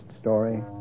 story